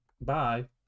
Bye